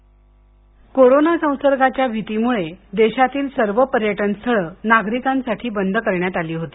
ध्वनी कोरोना संसर्गाच्या भीतीमुळे देशातील सर्व पर्यटनस्थळं नागरिकांसाठी बंद करण्यात आली होती